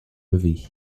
levé